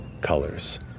colors